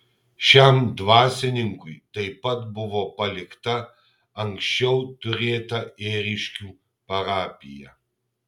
šiam dvasininkui taip pat buvo palikta anksčiau turėta ėriškių parapija